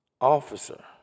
Officer